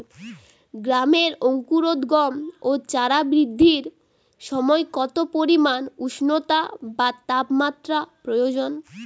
গমের অঙ্কুরোদগম ও চারা বৃদ্ধির সময় কত পরিমান উষ্ণতা বা তাপমাত্রা প্রয়োজন?